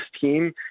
team